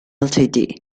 ltd